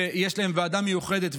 ויש להם ועדה מיוחדת,